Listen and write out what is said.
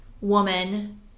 woman